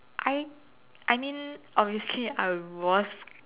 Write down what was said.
I I mean obviously I was